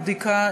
הבדיקה,